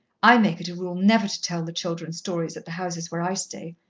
i make it a rule never to tell the children stories at the houses where i stay.